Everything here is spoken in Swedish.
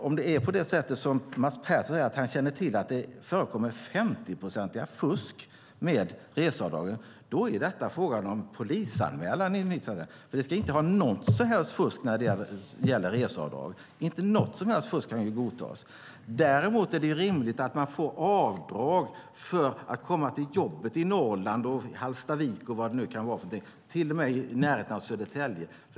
Om det är på det sätt som Mats Pertoft säger, att han känner till att det förekommer fusk med 50 procent med reseavdragen, är det en fråga för polisanmälan. Det ska inte vara något fusk med reseavdrag. Inte något som helst fusk kan godtas. Däremot är det rimligt att man får göra avdrag för att komma till jobbet i Norrland, Hallstavik eller vad det nu kan vara, till och med så nära som till Södertälje.